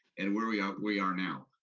and where we ah we are now.